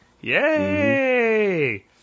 Yay